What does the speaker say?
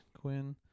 Quinn